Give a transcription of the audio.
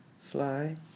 Fly